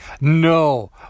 No